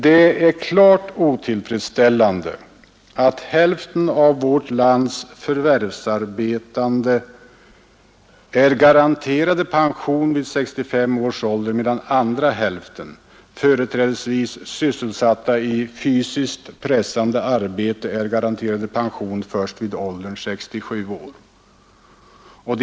Det är klart otillfredsställande att hälften av vårt lands förvärvsarbetande är garanterade pension vid 65 års ålder, medan andra hälften — företrädesvis personer sysselsatta i fysiskt pressande arbete — är garanterade pension först vid 67 års ålder.